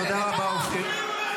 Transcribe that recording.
תודה רבה, אופיר.